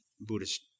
Buddhist